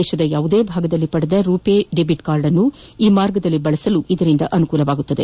ದೇಶದ ಯಾವುದೇ ಭಾಗದಲ್ಲಿ ಪಡೆದ ರುಪೇ ಡೆಬಿಟ್ ಕಾರ್ಡ್ಅನ್ನು ಈ ಮಾರ್ಗದಲ್ಲಿ ಬಳಸಬಹುದಾಗಿದೆ